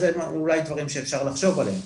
זה אולי דברים שאפשר לחשוב עליהם,